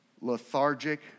lethargic